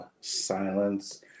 silence